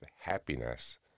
happiness